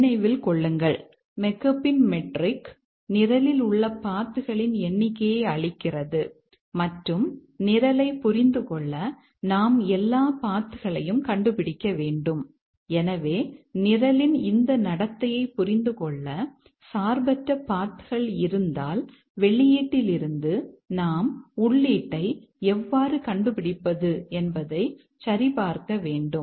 நினைவில் கொள்ளுங்கள் மெக்காபின் மெட்ரிக் நிரலில் உள்ள பாத் கள் இருந்தால் வெளியீட்டிலிருந்து நாம் உள்ளீட்டை எவ்வாறு கண்டுபிடிப்பது என்பதை சரிபார்க்க வேண்டும்